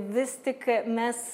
vis tik mes